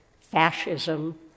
fascism